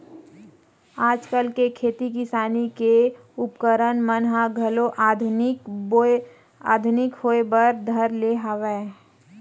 आजकल के खेती किसानी के उपकरन मन ह घलो आधुनिकी होय बर धर ले हवय